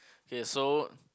K so